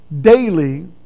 daily